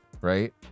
right